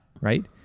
Right